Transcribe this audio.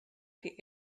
die